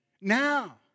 Now